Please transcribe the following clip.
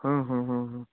ହଁ ହଁ ହଁ ହଁ